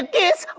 is